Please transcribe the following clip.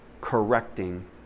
correcting